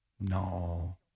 No